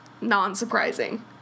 non-surprising